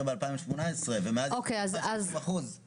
המדינה משנת 2018 ומאז --- אחוז.